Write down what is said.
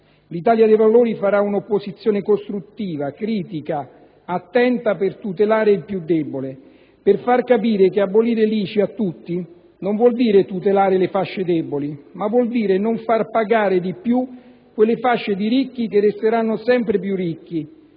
L'Italia dei Valori farà un'opposizione costruttiva, critica, attenta a tutelare il più debole, a far capire che abolire integralmente l'ICI non vuol dire tutelare le fasce deboli, bensì non far pagare di più quelle fasce di ricchi che resteranno sempre più ricchi.